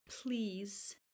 please